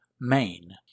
Main